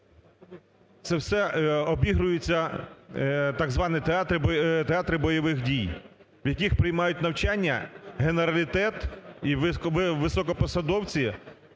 це все обігрується так звані театри бойових дій, в яких приймають навчання генералітет і високопосадовці